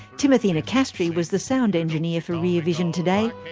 timothy nicastri was the sound engineer for rear vision today.